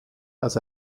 als